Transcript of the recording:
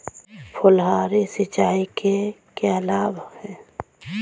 फुहारी सिंचाई के क्या लाभ हैं?